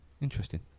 Interesting